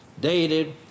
dated